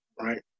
right